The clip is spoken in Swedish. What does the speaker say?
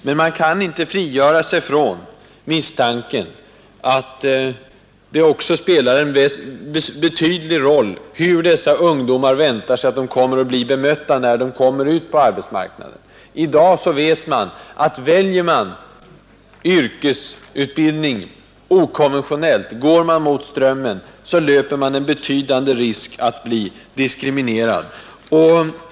Men man kan inte frigöra sig från misstanken, att det också spelar en betydande roll hur dessa ungdomar väntar sig att bli bemötta när de kommer ut på arbetsmarknaden. De vet, att om man i dag väljer yrkesutbildning okonventionellt och går mot strömmen, löper man en betydande risk att bli diskriminerad.